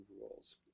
rules